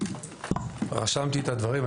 אני רשמתי את הדברים,